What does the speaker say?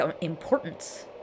importance